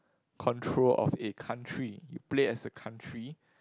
control of a country you play as a country